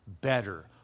better